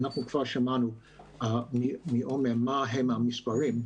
אנחנו כבר שמענו מעומר מהם המספרים.